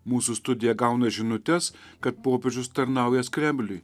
mūsų studija gauna žinutes kad popiežius tarnaująs kremliui